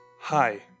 Hi